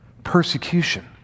persecution